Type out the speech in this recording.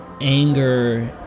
anger